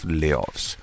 layoffs